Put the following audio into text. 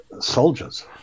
soldiers